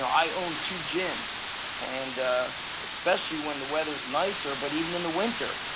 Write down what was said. i own two gyms and ah especially when the weather's nicer, but even in the winter,